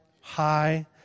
high